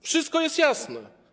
Wszystko jest jasne.